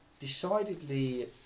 decidedly